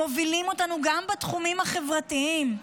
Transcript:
מובילים אותנו גם בתחומים החברתיים,